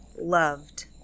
loved